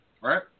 Right